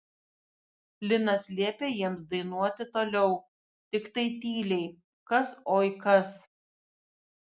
linas liepė jiems dainuoti toliau tiktai tyliai kas oi kas